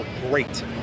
great